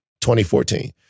2014